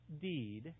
deed